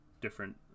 different